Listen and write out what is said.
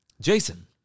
Jason